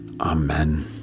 Amen